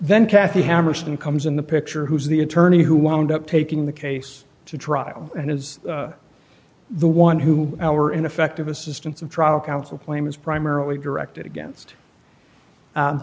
then cathy hammerstein comes in the picture who's the attorney who wound up taking the case to trial and is the one who our ineffective assistance of trial counsel claim is primarily directed against